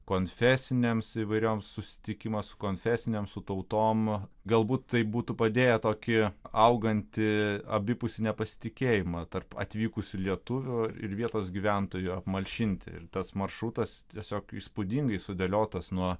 konfesinėms įvairioms susitikimas konfesinėm su tautom galbūt tai būtų padėję tokį augantį abipusį nepasitikėjimą tarp atvykusių lietuvių ir vietos gyventojų apmalšinti ir tas maršrutas tiesiog įspūdingai sudėliotas nuo